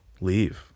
leave